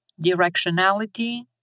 directionality